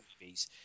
movies